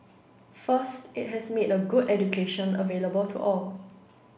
first it has made a good education available to all